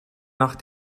nach